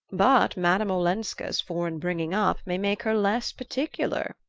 but madame olenska's foreign bringing-up may make her less particular